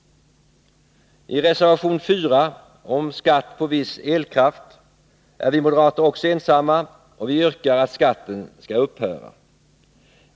I reservation 4 om skatt på viss elkraft är vi moderater också ensamma. Vi yrkar att skatten skall upphöra.